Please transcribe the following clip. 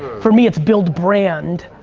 for me it's build brand.